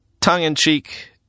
tongue-in-cheek